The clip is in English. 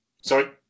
Sorry